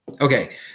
okay